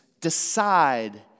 decide